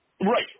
Right